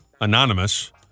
anonymous